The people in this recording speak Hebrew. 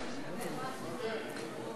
אני מוותר.